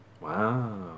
Wow